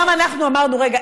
גם אנחנו אמרנו: רגע,